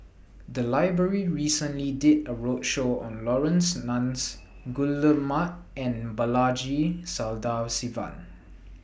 The Library recently did A roadshow on Laurence Nunns Guillemard and Balaji Sadasivan